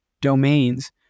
domains